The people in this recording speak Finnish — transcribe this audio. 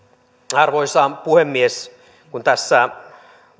arvoisa puhemies kun tässä